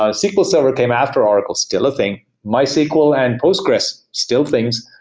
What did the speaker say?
ah sql server came after oracle. still a thing. mysql and postgres, still things.